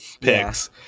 picks